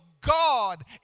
God